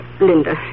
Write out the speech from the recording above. Linda